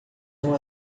não